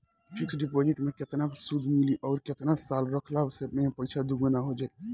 Fix deposit मे केतना सूद मिली आउर केतना साल रखला मे पैसा दोगुना हो जायी?